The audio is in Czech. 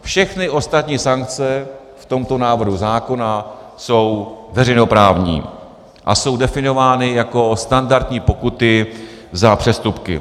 Všechny ostatní sankce v tomto návrhu zákona jsou veřejnoprávní a jsou definovány jako standardní pokuty za přestupky.